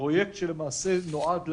פרויקט שלמעשה נועד להציל,